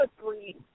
three